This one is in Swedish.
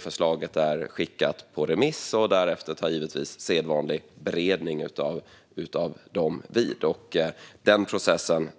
Förslaget är nu utskickat på remiss. Därefter tar givetvis sedvanlig beredning av svaren vid. Jag